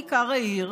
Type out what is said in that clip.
או בכיכר העיר,